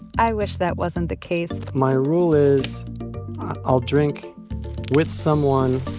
i wish that wasn't the case my rule is i'll drink with someone,